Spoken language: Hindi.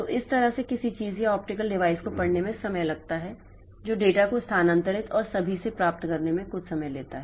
तो इस तरह से किसी चीज़ या ऑप्टिकल डिवाइस को पढ़ने में समय लगता है जो डेटा को स्थानांतरित और सभी से प्राप्त करने में कुछ समय लेता है